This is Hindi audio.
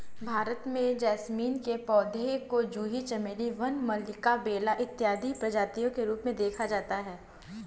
भारत में जैस्मीन के पौधे को जूही चमेली वन मल्लिका बेला इत्यादि प्रजातियों के रूप में देखा जाता है